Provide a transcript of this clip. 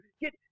Get